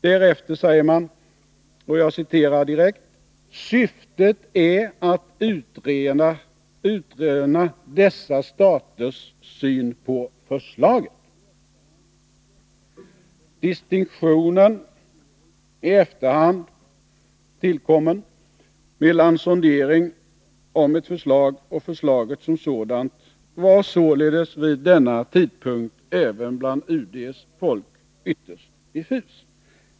Därefter säger man: ”Syftet är att utröna dessa staters syn på förslaget.” Distinktionen — i efterhand tillkommen — mellan sondering om ett förslag och förslaget som sådant var således vid denna tidpunkt även bland UD:s folk ytterst diffus.